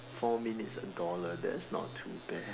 four minutes a dollar that's not too bad